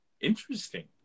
Interesting